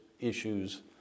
issues